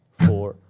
four.